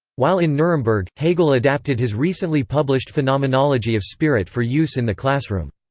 while in nuremberg, hegel adapted his recently published phenomenology of spirit for use in the classroom.